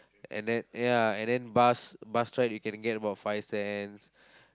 and then ya and then bus bus ride you can get about five cents